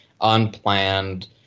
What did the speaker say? unplanned